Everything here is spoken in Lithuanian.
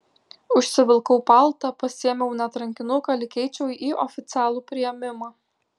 užsivilkau paltą pasiėmiau net rankinuką lyg eičiau į oficialų priėmimą